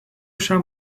šiam